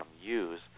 use